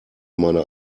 meine